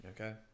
Okay